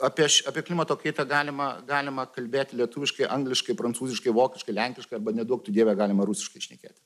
apieš apie klimato kaitą galima galima kalbėt lietuviškai angliškai prancūziškai vokiškai lenkiškai arba neduok tu dieve galima rusiškai šnekėti